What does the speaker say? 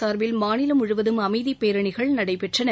சார்பில் மாநிலம் முழுவதும் அமைதி பேரணிகள் நடைபெற்றன